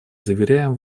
заверяем